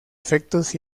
efectos